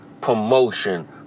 promotion